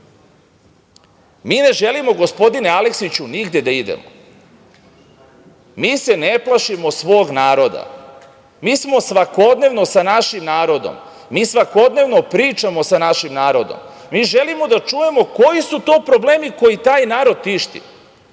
ne želimo, gospodine Aleksiću, nigde da idemo. Mi se ne plašimo svog naroda. Mi smo svakodnevno sa našim narodom. Mi svakodnevno pričamo sa našim narodom. Mi želimo da čujemo koji su to problemi koji taj narod tište